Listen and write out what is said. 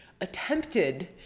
attempted